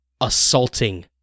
assaulting